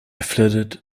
flitted